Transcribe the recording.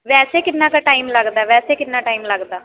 ਵੈਸੇ ਕਿੰਨਾ ਕੁ ਟਾਈਮ ਲੱਗਦਾ ਵੈਸੇ ਕਿੰਨਾ ਟਾਈਮ ਲੱਗਦਾ